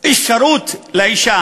אפשרות לאישה